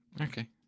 Okay